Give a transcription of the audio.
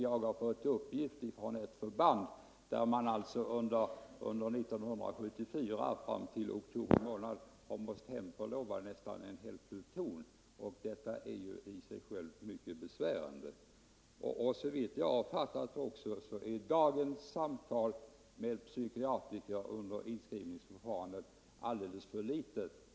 Jag har fått uppgift från ett förband att man där under 1974 fram till oktober månad måst hemförlova nästan en hel pluton. Detta är naturligtvis i sig mycket besvärande. Såvitt jag förstår är samtalet med psykiater under inskrivningsförfarandet alldeles för kort.